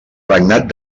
regnat